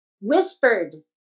whispered